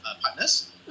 partners